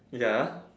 ya